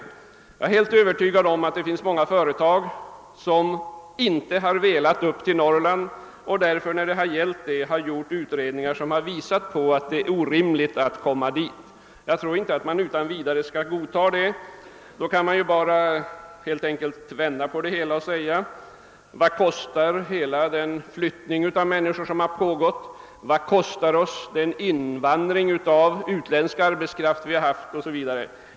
Jag är helt övertygad om att många företag som inte velat lokalisera sig till Norrland har gjort utredningar som visat att en sådan lokalisering är orimlig. Men man kan inte utan vidare godta något sådant. Det går lika bra att vända på det hela och fråga: Vad kostar den stora utflyttningen av människor, vad kostar oss invandringen av utländsk arbetskraft 0.S. v.?